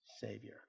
Savior